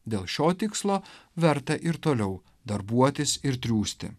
dėl šio tikslo verta ir toliau darbuotis ir triūsti